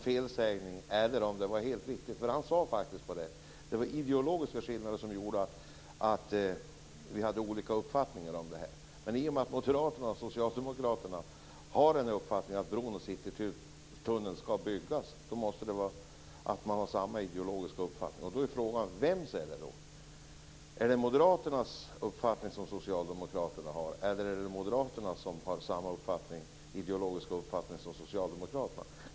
Han sade faktiskt att det var ideologiska skillnader som gjorde att vi har olika uppfattningar om detta. I och med att Moderaterna och Socialdemokraterna har uppfattningen att bron och Citytunneln skall byggas måste det betyda att de har samma ideologiska uppfattning. Då är frågan: Vems uppfattning har de? Är det Moderaternas uppfattning som Socialdemokraterna har eller är det Moderaterna som har samma ideologiska uppfattning som Socialdemokraterna?